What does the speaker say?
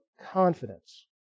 confidence